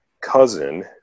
cousin